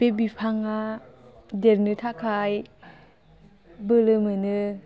बे बिफाङा देरनो थाखाय बोलो मोनो